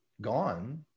gone